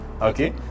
okay